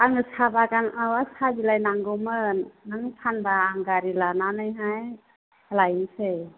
आंनो साहा बागान माबा साहा बिलाइ नांगौमोन नों फानोबा आं गारि लानानैहाय लायनोसै